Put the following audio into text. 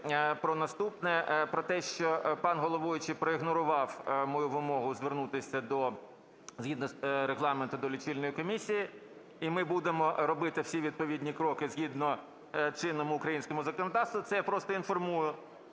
про наступне, про те, що пан головуючий проігнорував мою вимогу звернутися згідно Регламенту до Лічильної комісії, і ми будемо робити всі відповідні кроки згідно чинного українського законодавства. Це я просто інформую.